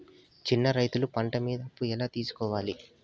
చిన్న రైతులు పంట మీద అప్పు ఎలా తీసుకోవాలి?